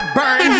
burn